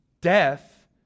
death